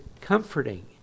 comforting